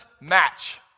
match